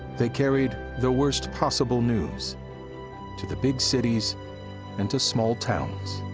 they carried the worst possible news to the big cities and to small towns,